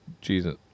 Jesus